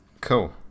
Cool